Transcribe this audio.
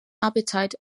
appetite